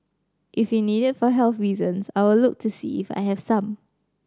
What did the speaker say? if you need it for health reasons I will look to see if I have some